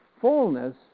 fullness